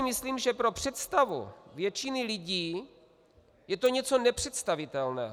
Myslím si, že pro představu většiny lidí je to něco nepředstavitelného.